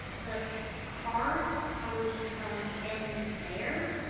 the card comes from in there?